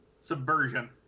subversion